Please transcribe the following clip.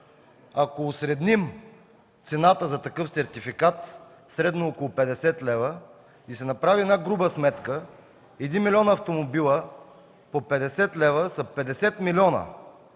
Ако усредним цената за такъв сертификат средно около 50 лв. и се направи една груба сметка един милион автомобила по 50 лв. са 50 милиона,